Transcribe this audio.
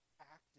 active